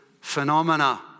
phenomena